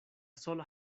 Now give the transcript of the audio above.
sola